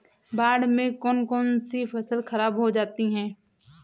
बाढ़ से कौन कौन सी फसल खराब हो जाती है?